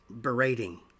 berating